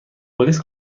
پلیس